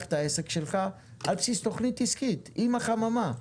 את העסק שלך --- תכנית עסקית עם החממה.